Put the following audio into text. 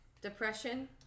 depression